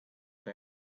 day